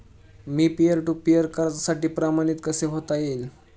Me peer to peer कर्जासाठी प्रमाणित कसे होता येईल?